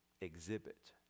exhibit